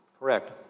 Correct